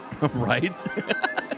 right